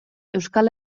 euskal